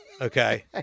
Okay